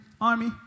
army